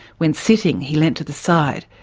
when sitting he leant to the side,